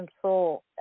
control